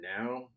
now